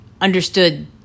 understood